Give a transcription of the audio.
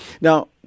Now